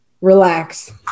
relax